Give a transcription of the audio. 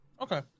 Okay